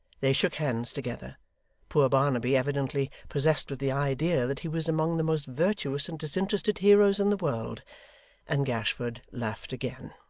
they shook hands together poor barnaby evidently possessed with the idea that he was among the most virtuous and disinterested heroes in the world and gashford laughed again.